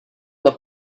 the